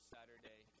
Saturday